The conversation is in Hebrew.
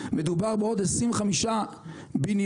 מדובר בעוד 25 בניינים,